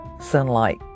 sunlight